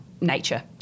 Nature